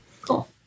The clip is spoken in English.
Cool